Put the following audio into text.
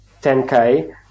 10k